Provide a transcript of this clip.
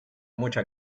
mucha